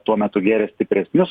tuo metu gėrė stipresnius